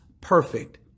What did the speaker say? perfect